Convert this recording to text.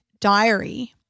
diary